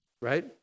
right